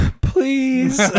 Please